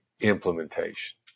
implementation